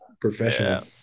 Professional